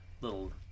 little